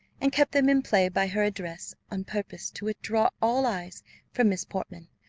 and kept them in play by her address, on purpose to withdraw all eyes from miss portman,